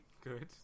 Good